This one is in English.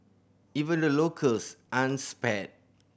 even the locals aren't spared